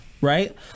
right